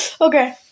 Okay